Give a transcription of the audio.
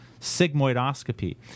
sigmoidoscopy